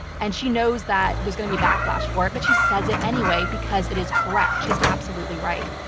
and she knows that there's going to be backlash for it, but she says it anyway, because it is correct. she's absolutely right.